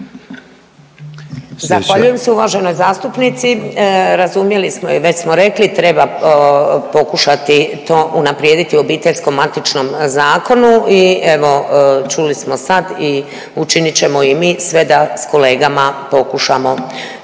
Zahvaljujem se uvaženoj zastupnici. Razumjeli smo i već smo rekli treba pokušati to unaprijediti u obiteljskom matičnom zakonu i evo čuli smo sad i učiniti ćemo i mi sve da s kolegama pokušamo